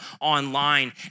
online